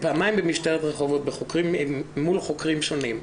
פעמיים במשטרת רחובות מול חוקרים שונים.